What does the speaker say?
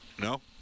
No